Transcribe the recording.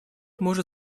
может